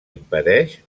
impedeix